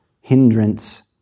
hindrance